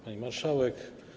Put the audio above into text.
Pani Marszałek!